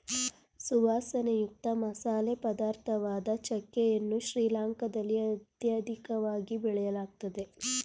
ಸುವಾಸನೆಯುಕ್ತ ಮಸಾಲೆ ಪದಾರ್ಥವಾದ ಚಕ್ಕೆ ಯನ್ನು ಶ್ರೀಲಂಕಾದಲ್ಲಿ ಅತ್ಯಧಿಕವಾಗಿ ಬೆಳೆಯಲಾಗ್ತದೆ